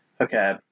Okay